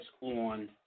on